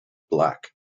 black